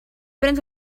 prens